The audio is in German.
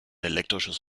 elektrisches